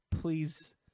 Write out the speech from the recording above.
please